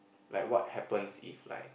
like what happens if like